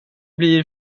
blir